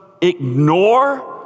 ignore